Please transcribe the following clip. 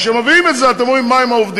אז כשמביאים את זה, אתם אומרים: מה עם העובדים?